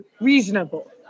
reasonable